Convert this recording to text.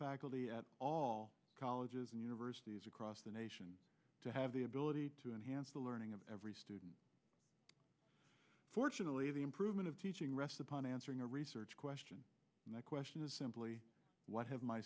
faculty at all colleges and universities across the nation to have the ability to enhance the learning of every student fortunately the improvement of teaching rests upon answering a research question my question is simply what have my